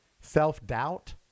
Self-doubt